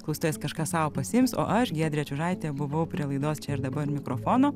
klausytojas kažką sau pasiims o aš giedrė čiužaitė buvau prie laidos čia ir dabar mikrofono